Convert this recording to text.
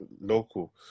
local